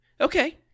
Okay